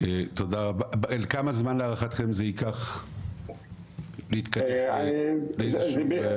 כמה זמן להערכתם זה ייקח להתכנס לאיזשהו-